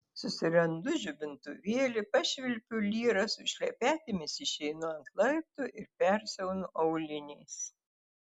susirandu žibintuvėlį pašvilpiu lyrą su šlepetėmis išeinu ant laiptų ir persiaunu auliniais